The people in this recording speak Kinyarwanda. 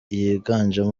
yiganjemo